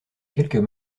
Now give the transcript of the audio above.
quelques